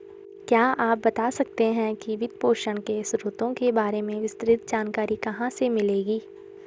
क्या आप बता सकते है कि वित्तपोषण के स्रोतों के बारे में विस्तृत जानकारी कहाँ से मिलेगी?